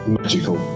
magical